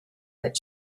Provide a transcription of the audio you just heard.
that